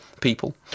people